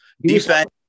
defense